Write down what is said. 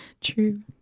True